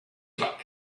luck